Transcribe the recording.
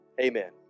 amen